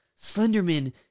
Slenderman